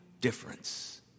difference